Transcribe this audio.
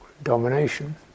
domination